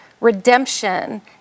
redemption